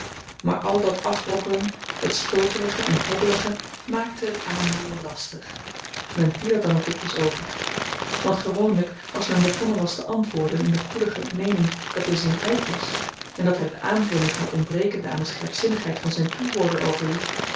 maar al dat afbrokkelen dat stooterige en hobbelige maakte het aanhooren lastig men viel er dan ook dikwyls over want gewoonlyk als men begonnen was te antwoorden in de goedige meening dat de zin uit was en dat hy de aanvulling van t ontbrekende aan de scherpzinnigheid van zyn toehoorder overliet